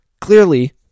clearly